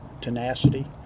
tenacity